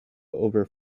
over